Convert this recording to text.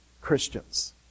Christians